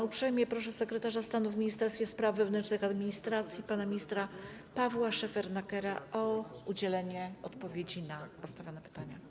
Uprzejmie proszę sekretarza stanu w Ministerstwie Spraw Wewnętrznych i Administracji pana ministra Pawła Szefernakera o udzielenie odpowiedzi na postawione pytania.